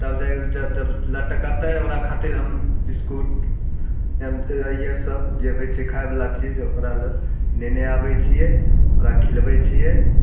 तब जाइकऽ जब लटकऽतै ओकरा खातिल बिस्कुट तऽ इएह सब जे होइ छै खाइबला चीज ओकरा लए नेने आबै छियै ओकरा खिलबै छियै